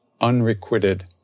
Unrequited